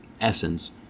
essence